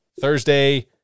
Thursday